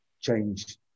change